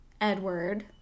Edward